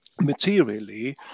materially